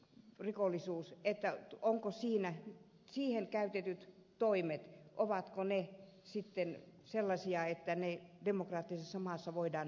ovatko salaiseen tiedonhankintaan vakavassa rikollisuudessa käytetyt toimet sellaisia että ne demokraattisessa maassa voidaan hyväksyä